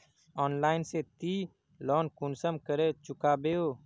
Online से ती loan कुंसम करे चुकाबो?